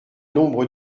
nombre